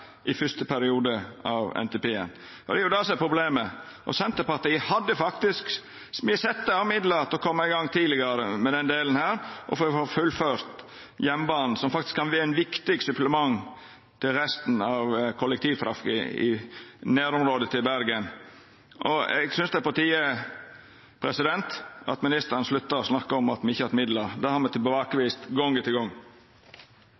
i fyrste periode av NTP-en. Det er det som er problemet. Me i Senterpartiet sette av midlar til å koma tidlegare i gang med denne delen og for å få fullført jernbanen, som kan vera eit viktig supplement til resten av kollektivtransporten i nærområdet til Bergen. Eg synest det er på tide at ministeren sluttar å snakka om at me ikkje har hatt midlar. Det har me